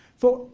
so,